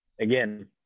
again